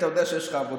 אתה יודע שיש לך עבודה.